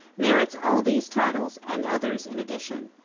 merits all these titles and others in addition.